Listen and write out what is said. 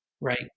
right